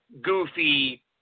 goofy